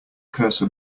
cursor